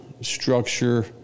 structure